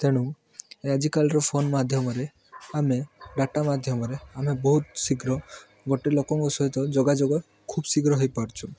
ତେଣୁ ଆଜିକାଲିର ଫୋନ୍ ମାଧ୍ୟମରେ ଆମେ ଡାଟା ମାଧ୍ୟମରେ ଆମେ ବହୁତ ଶୀଘ୍ର ଗୋଟେ ଲୋକଙ୍କ ସହିତ ଯୋଗାଯୋଗ ଖୁବ୍ ଶୀଘ୍ର ହେଇପାରୁଛୁ